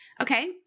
Okay